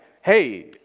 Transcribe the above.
hey